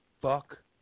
fuck